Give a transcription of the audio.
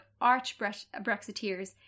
arch-Brexiteers